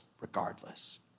regardless